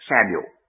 Samuel